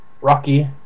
Rocky